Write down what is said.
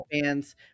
fans